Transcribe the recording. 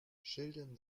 schildern